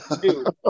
dude